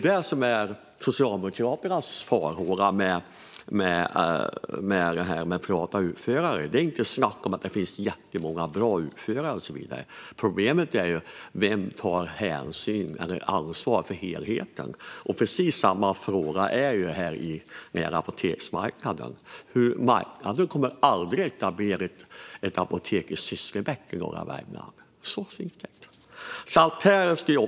Det är Socialdemokraternas farhåga i fråga om utförare. Det är inget snack om att det finns jättemånga bra utförare. Problemet är vem som tar hänsyn till eller ansvar för helheten. Precis samma fråga gäller apoteksmarknaden. Marknaden kommer aldrig att etablera ett apotek i Sysslebäck i norra Värmland.